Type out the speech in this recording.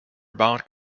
about